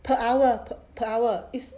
per hour per hour is